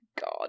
God